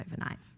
overnight